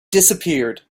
disappeared